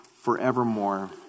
forevermore